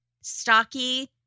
stocky